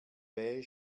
beige